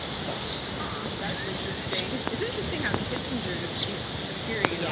so but that's interesting. it's interesting how kissinger just keeps appearing in yeah